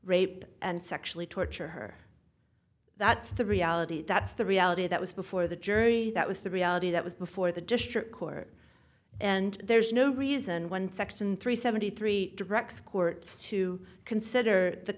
rape and sexually torture her that's the reality that's the reality that was before the jury that was the reality that was before the district court and there's no reason one section three seventy three directs courts to consider the